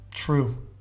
True